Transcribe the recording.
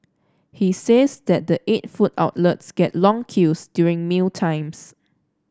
he says that the eight food outlets get long queues during mealtimes